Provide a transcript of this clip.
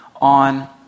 on